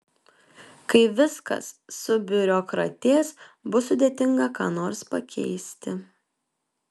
kai viskas subiurokratės bus sudėtinga ką nors pakeisti